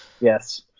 Yes